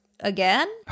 Again